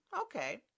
okay